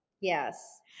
Yes